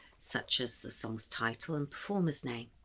such as the song's title and performer's name.